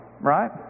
right